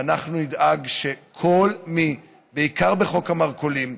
ואנחנו נדאג, בעיקר בחוק המרכולים,